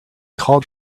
called